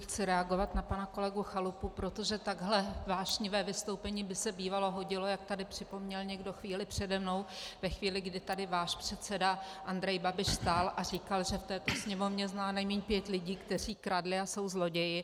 Chci reagovat na pana kolegu Chalupu, protože takhle vášnivé vystoupení by se bývalo hodilo, jak tady připomněl někdo chvíli přede mnou, ve chvíli, kdy tady váš předseda Andrej Babiš stál a říkal, že v této Sněmovně zná nejmíň pět lidí, kteří kradli a jsou zloději.